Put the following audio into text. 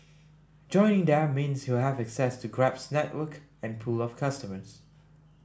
joining them means you'll have access to Grab's network and pool of customers